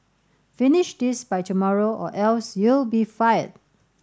finish this by tomorrow or else you'll be fired